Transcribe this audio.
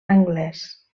anglès